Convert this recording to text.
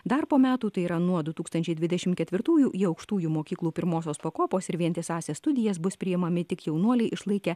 dar po metų tai yra nuo du tūkstančiai dvidešimt ketvirtųjų į aukštųjų mokyklų pirmosios pakopos ir vientisąsias studijas bus priimami tik jaunuoliai išlaikę